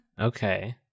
okay